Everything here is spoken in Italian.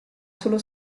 sullo